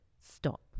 stop